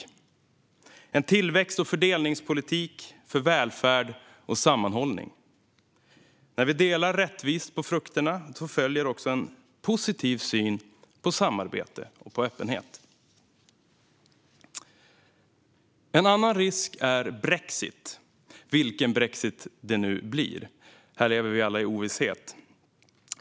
Det är en tillväxt och fördelningspolitik för välfärd och sammanhållning. När vi delar rättvist på frukterna följer också en positiv syn på samarbete och öppenhet. Den andra risken är brexit - vilken brexit det nu blir. Här lever vi ju alla i ovisshet.